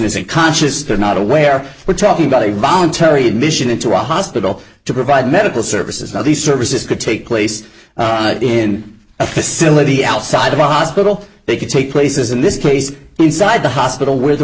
isn't conscious or not aware but talking about a voluntary admission into a hospital to provide medical services that these services could take place in a facility outside of a hospital they can take places in this case inside the hospital w